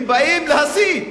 הם באים להסית.